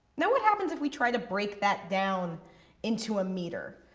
now what happens if we try to break that down into a meter?